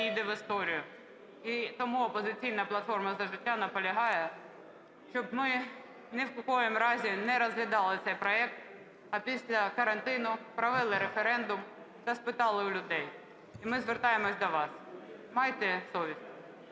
ввійде в історію. І тому "Опозиційна платформа - За життя" наполягає, щоб ми ні в якому разі не розглядали цей проект, а після карантину провели референдум та спитали у людей. І ми звертаємося до вас – майте совість.